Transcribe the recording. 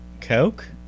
Coke